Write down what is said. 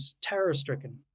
terror-stricken